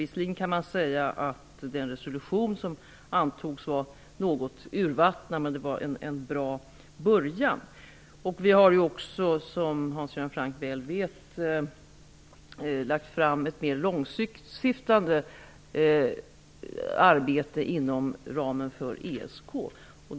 Visserligen kan man säga att den resolution som antogs var något urvattnad, men den var en bra början. Vi har också, som Hans Göran Franck väl vet, lagt fram ett mer framåtsyftande förslag inom ramen för ESK.